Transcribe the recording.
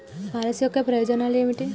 Policy యొక్క ప్రయోజనాలు ఏమిటి?